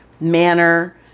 manner